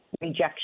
rejection